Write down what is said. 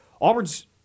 Auburn's